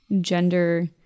gender